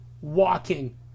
walking